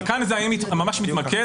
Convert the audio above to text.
אבל כאן זה ממש מתמקד,